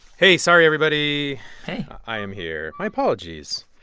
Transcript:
hey. sorry, everybody hey i am here. my apologies.